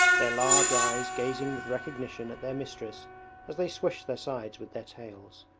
their large eyes gazing with recognition at their mistress as they swish their sides with their tails.